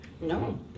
No